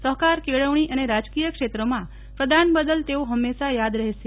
સહકાર કેળવણી અને રાજકીય ક્ષેત્રમાં પ્રદોન બદલ તેઓ હંમેશા યાદ રહેશે